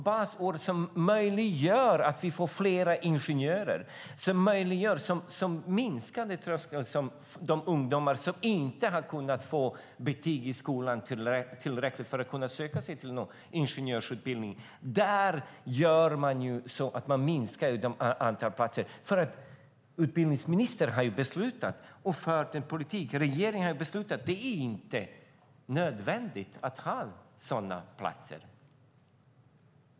Basåret möjliggör att vi får fler ingenjörer och minskar tröskeln för ungdomar som inte har kunnat få tillräckliga betyg i skolan för att kunna söka sig till en ingenjörsutbildning. Där har regeringen beslutat att minska antalet platser, för regeringen tycker inte att det är nödvändigt att ha sådana platser.